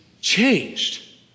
changed